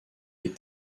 les